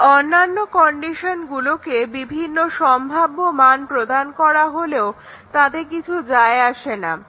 তাই অন্যান্য কন্ডিশনগুলোকে বিভিন্ন সম্ভাব্য মান প্রদান করা হলেও তাতে কিছু যায় আসে না